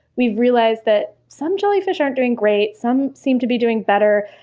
we've realized that some jellyfish aren't doing great. some seem to be doing better.